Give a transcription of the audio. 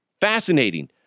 Fascinating